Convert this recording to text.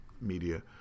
media